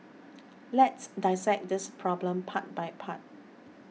let's dissect this problem part by part